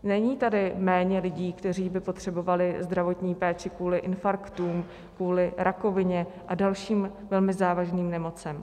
Není tady méně lidí, kteří by potřebovali zdravotní péči kvůli infarktům, kvůli rakovině a dalším velmi závažným nemocem.